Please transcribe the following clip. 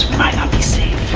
might not be safe.